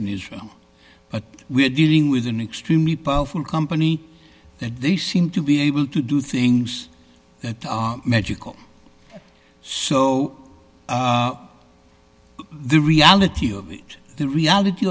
in israel but we're dealing with an extremely powerful company that they seem to be able to do things that magical so the reality of it the reality